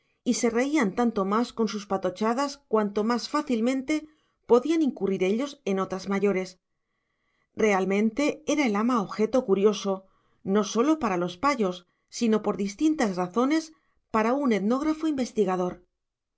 y se reían tanto más con sus patochadas cuanto más fácilmente podían incurrir ellos en otras mayores realmente era el ama objeto curioso no sólo para los payos sino por distintas razones para un etnógrafo investigador